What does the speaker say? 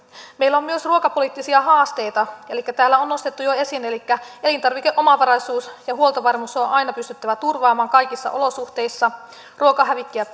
meillä on myös ruokapoliittisia haasteita joita täällä on jo nostettu esiin elikkä elintarvikeomavaraisuus ja huoltovarmuus on on aina pystyttävä turvaamaan kaikissa olosuhteissa ruokahävikkiä